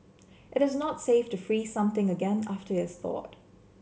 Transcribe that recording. it is not safe to freeze something again after is thawed